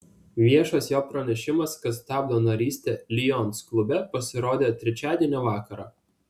viešas jo pranešimas kad stabdo narystę lions klube pasirodė trečiadienio vakarą